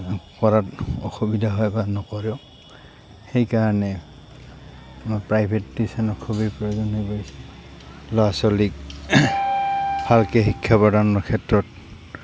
কৰাত অসুবিধা হয় বা নকৰেও সেইকাৰণে আমাৰ প্ৰাইভেট টিউশ্যনৰ খুবেই প্ৰয়োজনীয় হৈ পৰিছে ল'ৰা ছোৱালীক ভালকৈ শিক্ষা প্ৰদানৰ ক্ষেত্ৰত